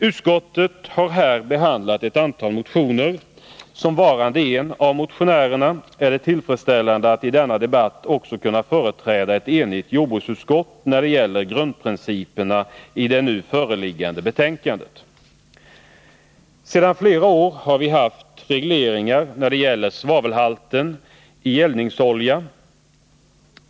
Utskottet har behandlat ett antal motioner. Som varande en av motionärerna är det tillfredsställande att i denna debatt också kunna företräda ett enigt jordbruksutskott när det gäller grundprinciperna i det nu föreliggande betänkandet. Sedan flera år tillbaka har vi haft regleringar när det gäller svavelhalten i eldningsolja.